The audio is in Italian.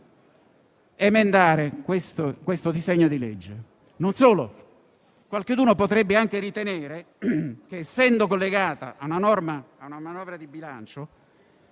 emendare questo disegno di legge. Non solo: qualcheduno potrebbe anche ritenere che, essendo collegata a una manovra di bilancio,